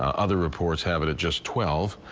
other reports have it at just twelve.